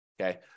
okay